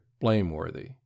blameworthy